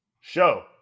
show